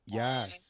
yes